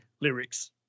lyrics